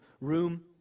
room